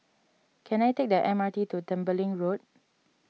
can I take the M R T to Tembeling Road